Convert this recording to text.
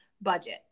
budget